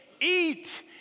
Eat